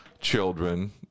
children